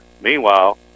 Meanwhile